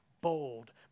bold